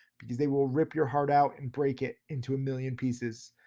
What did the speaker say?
because they will rip your heart out and break it into a million pieces.